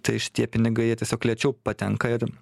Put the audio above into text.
tai šitie pinigai jie tiesiog lėčiau patenka ir